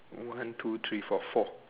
one two three four four